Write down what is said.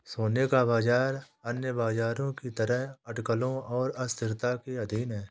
सोने का बाजार अन्य बाजारों की तरह अटकलों और अस्थिरता के अधीन है